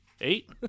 Eight